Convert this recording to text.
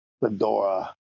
fedora